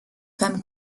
femme